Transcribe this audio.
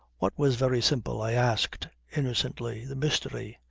what was very simple? i asked innocently. the mystery.